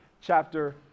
chapter